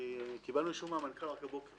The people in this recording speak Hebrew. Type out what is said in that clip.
כי קיבלנו אישור מהמנכ"ל רק הבוקר,